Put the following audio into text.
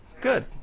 Good